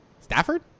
Stafford